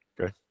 Okay